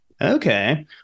okay